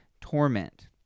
torment